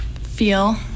feel